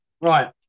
Right